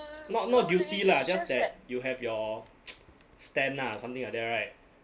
not not guilty lah just that you have your stand lah something like that [right]